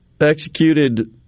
executed